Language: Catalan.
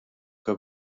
que